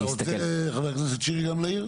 אתה רוצה, חבר הכנסת שירי, גם להעיר?